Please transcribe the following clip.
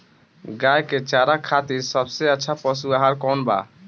गाय के चारा खातिर सबसे अच्छा पशु आहार कौन बा?